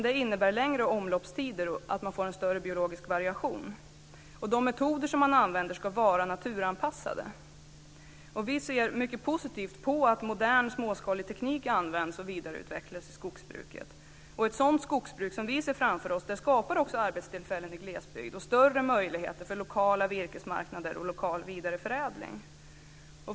Det innebär längre omloppstider, och man får en större biologisk variation. De metoder som används ska vara naturanpassade. Vi ser mycket positivt på att modern småskalig teknik används och vidareutvecklas i skogsbruket. Sådant skogsbruk, som vi ser framför oss, skapar arbetstillfällen i glesbygd och ger större möjligheter för lokala virkesmarknader och lokal vidareförädling.